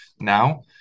now